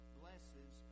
blesses